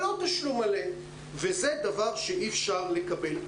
זה דבר שאי-אפשר לקבל.